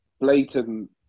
blatant